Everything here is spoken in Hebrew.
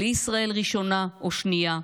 בלי ישראל ראשונה או שנייה,